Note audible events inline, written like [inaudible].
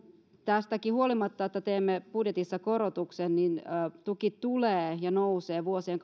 tästäkin huolimatta että teemme budjetissa puoluetuen korotuksen tuki tulee ja nousee vuosien [unintelligible]